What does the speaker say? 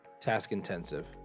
task-intensive